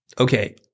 Okay